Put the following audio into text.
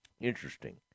Interesting